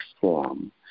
form